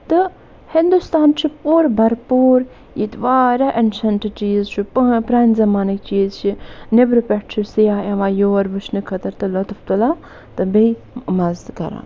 تہٕ ہِندوستان چھُ پوٗرٕ بھر پوٗر ییٚتہِ واریاہ اینشَنٹ چیٖز چھُ پٲ پرٛانہِ زمانٕکۍ چیٖز چھِ نیٚبرِ پٮ۪ٹھٕ چھِ سیاح یِوان یور وُچھنہٕ خٲطرٕ تہٕ لُطُف تُلان تہٕ بیٚیہِ مَزٕ تہِ تُلان